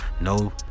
no